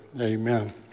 Amen